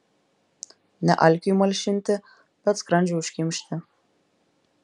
ne alkiui malšinti bet skrandžiui užkimšti